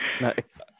nice